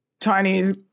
Chinese